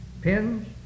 pins